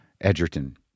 Edgerton